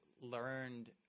learned –